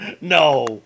No